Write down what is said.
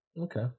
Okay